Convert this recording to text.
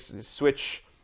switch